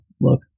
look